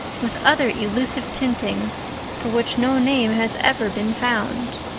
with other elusive tintings for which no name has ever been found.